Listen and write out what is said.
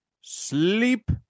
Sleep